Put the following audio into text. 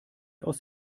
aus